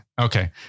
Okay